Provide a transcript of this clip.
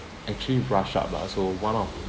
actually brush up lah so one of